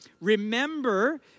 remember